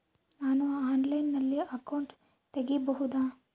ನಾನು ಆನ್ಲೈನಲ್ಲಿ ಅಕೌಂಟ್ ತೆಗಿಬಹುದಾ?